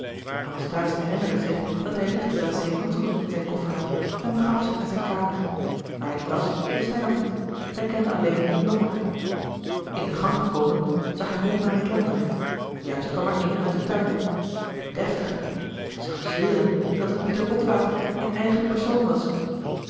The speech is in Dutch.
anasthase herinnerde zich dat hij licht glacé handschoenen in zijn koffer had en begaf zich naar zijne kamer waar die was wist hij nog niet hij kende alleen het nommer in den gang gekomen zag hij rond naar een kellner juist kwam er een uit den tuin een deftige men zou zweren dat het pieter botwater in eigen persoon was